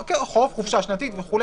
-- חופשה שנתית וכו',